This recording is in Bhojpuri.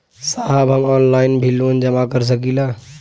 साहब हम ऑनलाइन भी लोन जमा कर सकीला?